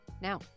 Now